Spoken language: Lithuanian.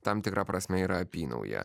tam tikra prasme yra apynaujė